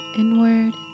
inward